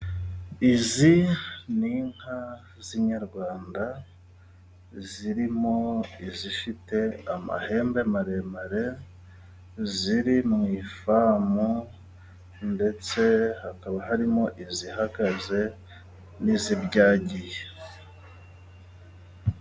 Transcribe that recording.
Izi ni inka z'inyarwanda zirimo izifite amahembe maremare ziri mu ifamu ndetse hakaba harimo izihagaze n'izibyagiye.